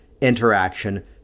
interaction